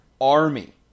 Army